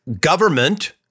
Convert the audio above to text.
Government